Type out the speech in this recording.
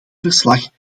verslag